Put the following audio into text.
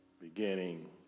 Beginning